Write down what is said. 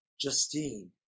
Justine